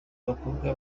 abakobwa